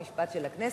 חוק ומשפט של הכנסת,